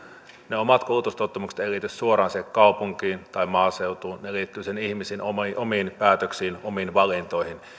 ne omat kulutustottumukset eivät liity suoraan siihen kaupunkiin tai maaseutuun ne liittyvät sen ihmisen omiin päätöksiin omiin valintoihin